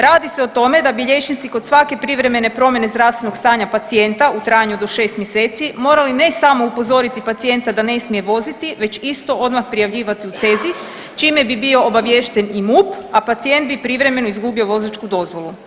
Radi se o tome da bi liječnici kod svake privremene promjene zdravstvenog stanja pacijenta u trajanju do šest mjeseci morali ne samo upozoriti pacijenta da ne smije voziti već isto odmah prijavljivati u CEZIH čime bi bio obaviješten i MUP, a pacijent bi privremeno izgubio vozačku dozvolu.